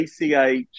ACH